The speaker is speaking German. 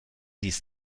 dies